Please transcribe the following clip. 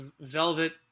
velvet